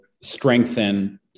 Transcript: strengthen